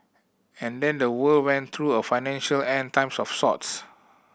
and then the world went through a financial End Times of sorts